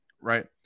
right